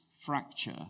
fracture